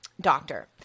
doctor